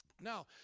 now